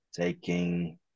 taking